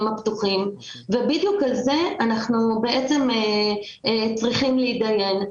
הפתוחים ובדיוק על זה אנחנו בעצם צריכים להתדיין,